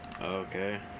Okay